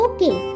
Okay